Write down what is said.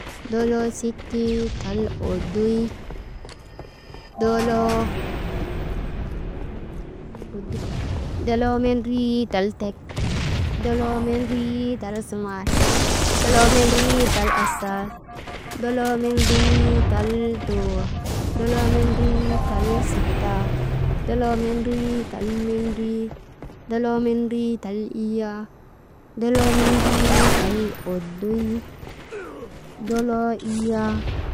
Doloo sittii tal oddoy, doloo «hesitation» doloo mendrii tal tek, doloo mendrii tal suŋaal, doloo mendrii tal asaal, doloo mendrii tal tuur, doloo mendrii tal sittal, doloo mendrii tal mendrii, doloo mendrii tal iyyaa, doloo mendrii tal oddoy, doloo iyyaa.